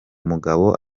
mugabo